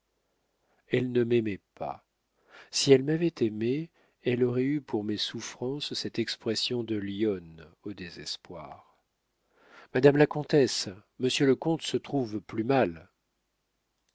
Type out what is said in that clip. elle ne m'aimait pas si elle m'avait aimé elle aurait eu pour mes souffrances cette expression de lionne au désespoir madame la comtesse monsieur le comte se trouve plus mal